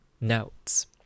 notes